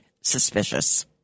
suspicious